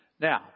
Now